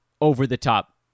over-the-top